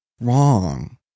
wrong